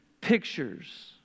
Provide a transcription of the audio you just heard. pictures